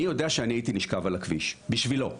אני יודע שאני הייתי נשכב על הכביש, בשבילו.